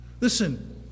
Listen